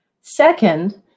Second